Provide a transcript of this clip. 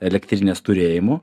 elektrinės turėjimu